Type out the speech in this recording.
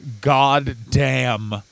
goddamn